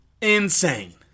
insane